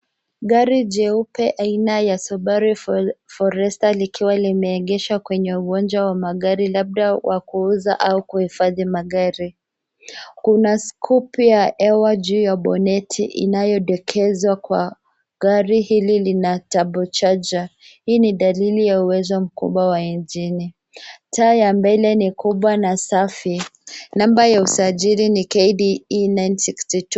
Gari jeupe aina ya Subaru Forester likiwa limeegeshwa kwenye uwanja wa magari labda wa kuuza au kuhifadhi magari. Kuna skupu ya hewa juu ya boneti inayodokezwa kuwa gari hili lina turbo charger . Hii ni dalili ya uwezo mkubwa wa injini. Taa ya mvele ni kubwa na safi. Namba ya usajili ni KDE 962.